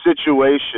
situation